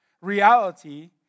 Reality